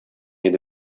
иде